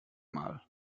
mal